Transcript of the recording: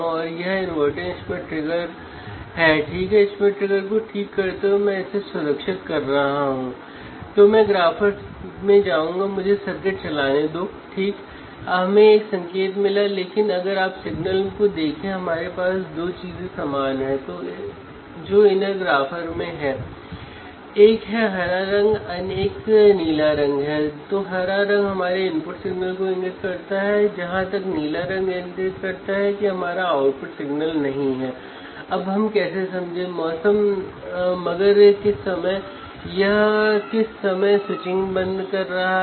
और वह instrumentation amplifier के फाइनल आउटपुट को माप रहा है